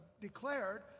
declared